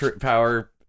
power